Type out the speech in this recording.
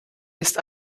ist